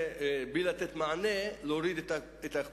בלי לתת מענה אני לא רוצה להוריד את הכוח.